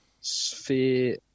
sphere